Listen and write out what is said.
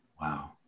Wow